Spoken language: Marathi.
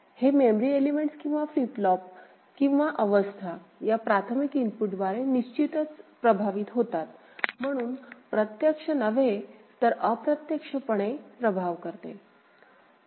हे मेमरी एलिमेंट्स किंवा फ्लिप फ्लॉप किंवा अवस्था या प्राथमिक इनपुटद्वारे निश्चितच प्रभावित होतात म्हणून प्रत्यक्ष नव्हे तर अप्रत्यक्ष पणे प्रभाव करते